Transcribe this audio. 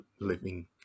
living